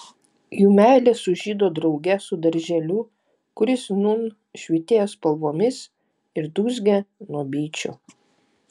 jų meilė sužydo drauge su darželiu kuris nūn švytėjo spalvomis ir dūzgė nuo bičių